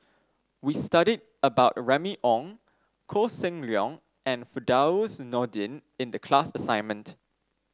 we studied about Remy Ong Koh Seng Leong and Firdaus Nordin in the class assignment